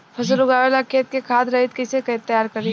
फसल उगवे ला खेत के खाद रहित कैसे तैयार करी?